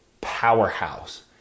powerhouse